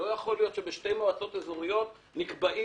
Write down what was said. לא יכול להיות שבשתי מועצות אזוריות נקבעים